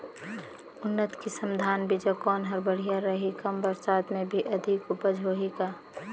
उन्नत किसम धान बीजा कौन हर बढ़िया रही? कम बरसात मे भी अधिक उपज होही का?